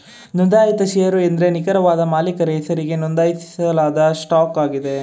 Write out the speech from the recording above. ನೊಂದಾಯಿತ ಶೇರು ಎಂದ್ರೆ ನಿಖರವಾದ ಮಾಲೀಕರ ಹೆಸರಿಗೆ ನೊಂದಾಯಿಸಲಾದ ಸ್ಟಾಕ್ ಆಗಿದೆ